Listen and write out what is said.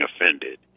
offended